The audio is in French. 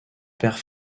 père